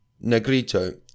Negrito